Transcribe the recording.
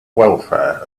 welfare